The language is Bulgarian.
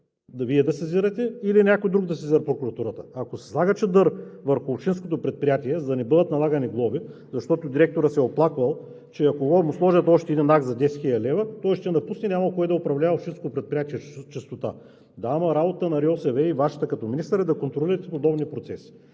– Вие да я сезирате, или някой друг да сезира прокуратурата. Ако се слага чадър върху Общинското предприятие, за да не бъдат налагани глоби, защото директорът се е оплаквал, че ако му сложат един акт за 10 хил. лв., той ще напусне и нямало кой да управлява Общинското предприятие „Чистота“. Да, ама работата на РИОСВ и Вашата като министър е до контролирате подобни процеси.